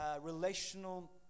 relational